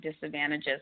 disadvantages